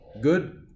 good